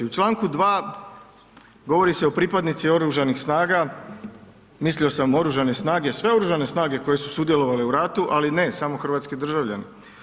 U čl. 2 govori se o pripadnicima Oružanih snaga, mislio sam Oružane snage, sve Oružane snage koje su sudjelovale u ratu, ali ne, samo hrvatski državljani.